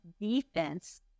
defense